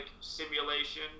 simulation